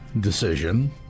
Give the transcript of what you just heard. decision